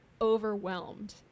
overwhelmed